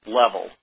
level